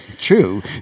True